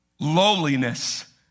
lowliness